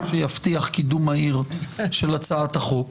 מה שיבטיח קידום מהיר של הצעת החוק,